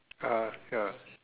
uh ya